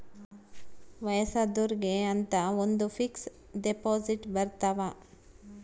ವಯಸ್ಸಾದೊರ್ಗೆ ಅಂತ ಒಂದ ಫಿಕ್ಸ್ ದೆಪೊಸಿಟ್ ಬರತವ